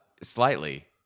Slightly